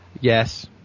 Yes